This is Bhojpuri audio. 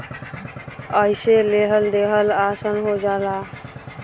अइसे लेहल देहल आसन हो जाला